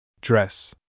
Dress